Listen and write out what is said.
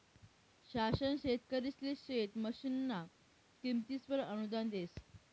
शासन शेतकरिसले शेत मशीनना किमतीसवर अनुदान देस